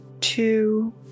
Two